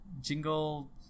Jingle